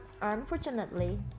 unfortunately